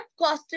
costed